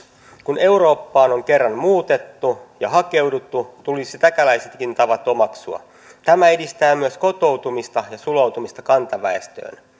kun eurooppaan on kerran muutettu ja hakeuduttu tulisi täkäläisetkin tavat omaksua tämä edistää myös kotoutumista ja sulautumista kantaväestöön